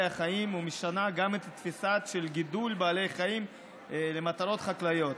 החיים ומשנה גם את התפיסה של גידול בעלי חיים למטרות חקלאיות.